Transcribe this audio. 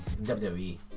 WWE